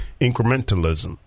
incrementalism